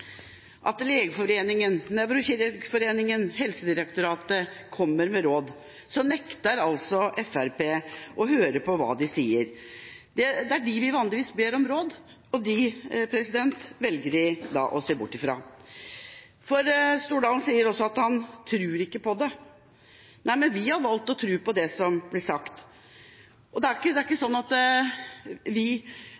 at Legeforeningen, Norsk nevrokirurgisk forening og Helsedirektoratet kommer med råd – nekter altså Fremskrittspartiet å høre på hva de sier. Det er faginstanser vi vanligvis ber om råd, og dem velger de da å se bort fra. Stordalen sier også at han ikke tror på det. Nei, men vi har valgt å tro på det som blir sagt, og det er ikke